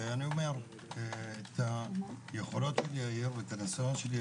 היכולות והניסיון שלו,